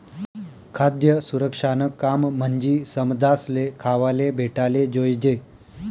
खाद्य सुरक्षानं काम म्हंजी समदासले खावाले भेटाले जोयजे